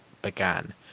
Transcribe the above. began